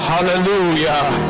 Hallelujah